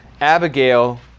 Abigail